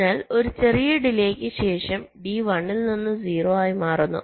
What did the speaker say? അതിനാൽ ചെറിയ ഡിലെക്ക് ശേഷം D 1 ൽ നിന്ന് 0 ആയി മാറുന്നു